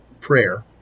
prayer